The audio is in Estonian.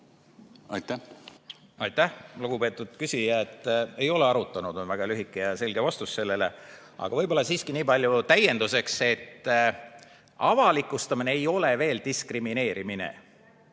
muutuda? Aitäh! Lugupeetud küsija! Ei ole arutanud, on väga lühike ja selge vastus sellele. Aga võib-olla siiski nii palju täienduseks, et avalikustamine ei ole veel diskrimineerimine.